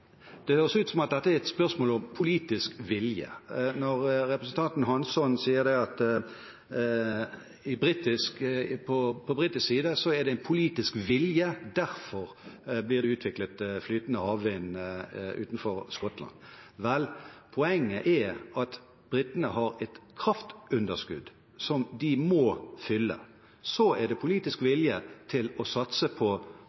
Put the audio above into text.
Det høres ut som om dette er et spørsmål om politisk vilje. Representanten Hansson sier at det er politisk vilje på britisk side, derfor blir det utviklet flytende havvind utenfor Skottland. Vel, poenget er at britene har et kraftunderskudd som de må fylle. Det er politisk vilje til å satse på